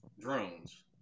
drones